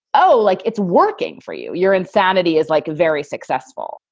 oh, like it's working for you. your insanity is like very successful.